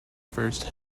first